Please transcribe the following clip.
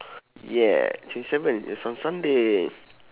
yeah twenty seven yes on sunday